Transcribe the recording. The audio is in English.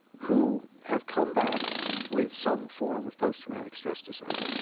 who have come back with some form of post-traumatic stress disorder,